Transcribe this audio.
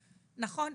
נכון,